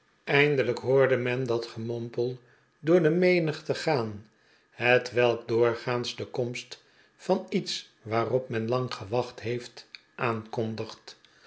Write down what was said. eindelijk hoorde men dat gemompel door de menigte gaan hetwelk doorgaans de komst van iets waarop men lang gewacht beeft aankondigt